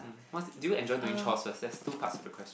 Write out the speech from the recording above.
what's do you enjoy doing chores first there's two parts to the question